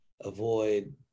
avoid